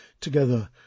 together